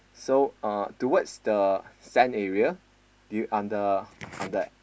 so uh towards the sand area do you on the on the